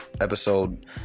episode